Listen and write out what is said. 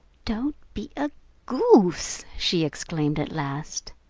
don't be a goose! she exclaimed at last.